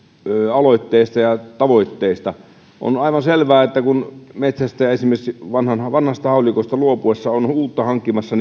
aloitteista ja ja tavoitteista on aivan selvää että kun metsästäjä esimerkiksi vanhasta vanhasta haulikosta luopuessaan on uutta hankkimassa